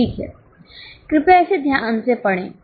ठीक है कृपया इसे ध्यान से पढ़ें